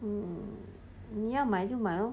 你要买就买 lor